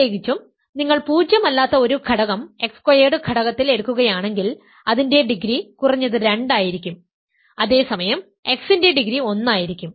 പ്രത്യേകിച്ചും നിങ്ങൾ പൂജ്യം അല്ലാത്ത ഒരു ഘടകം x സ്ക്വയേർഡ് ഘടകത്തിൽ എടുക്കുകയാണെങ്കിൽ അതിന്റെ ഡിഗ്രി കുറഞ്ഞത് രണ്ട് ആയിരിക്കും അതേസമയം x ന്റെ ഡിഗ്രി ഒന്നായിരിക്കും